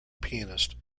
pianist